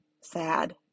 sad